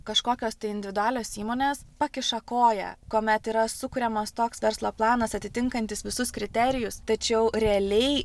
kažkokios tai individualios įmonės pakiša koją kuomet yra sukuriamas toks verslo planas atitinkantis visus kriterijus tačiau realiai